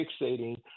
fixating